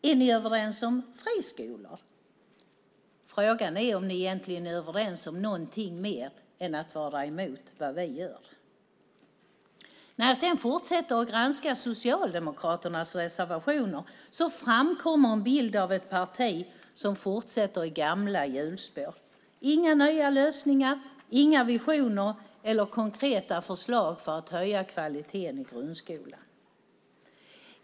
Är ni överens om friskolor? Frågan är om ni egentligen är överens om någonting mer än att vara emot det vi gör. När jag sedan fortsätter granska Socialdemokraternas reservationer framkommer en bild av ett parti som fortsätter i gamla hjulspår. Det finns inga nya lösningar och inga visioner eller konkreta förslag för att höja kvaliteten i grundskolan.